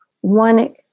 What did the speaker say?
one